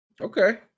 Okay